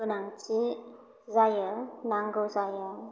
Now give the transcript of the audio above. गोनांथि जायो नांगौ जायो